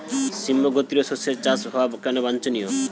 সিম্বু গোত্রীয় শস্যের চাষ হওয়া কেন বাঞ্ছনীয়?